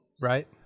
right